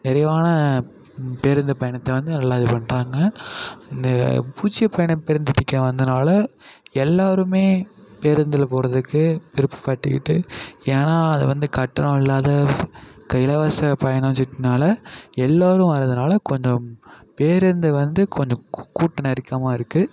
நிறைவான பேருந்து பயணத்தை வந்து நல்லா இது பண்ணுறாங்க அந்த பூஜ்ய பயணம் பேருந்து திட்டம் வந்தனால் எல்லோருமே பேருந்தில் போகிறதுக்கு விருப்பட்டுக்கிட்டு ஏன்னா அது வந்து கட்டணம் இல்லாத இலவச பயணச்சீட்டுனால் எல்லோரும் வரதுனால் கொஞ்சம் பேருந்து வந்து கொஞ்சம் கு கூட்ட நெருக்கமாக இருக்குது